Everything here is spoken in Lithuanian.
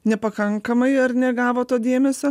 nepakankamai ar ne gavo to dėmesio